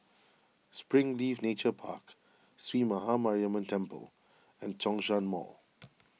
Springleaf Nature Park Sree Maha Mariamman Temple and Zhongshan Mall